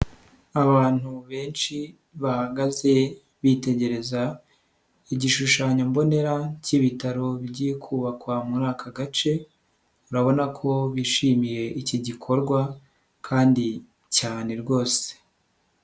Abantu benshi bahagaze bitegereza igishushanyo mbonera cy'ibitaro bigiye kubakwa muri aka gace, urabona ko bishimiye iki gikorwa kandi cyane rwose.